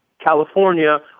California